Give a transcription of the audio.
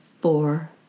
four